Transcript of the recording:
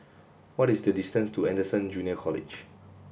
what is the distance to Anderson Junior College